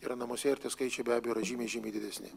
yra namuose ir tie skaičiai be abejo yra žymiai žymiai didesni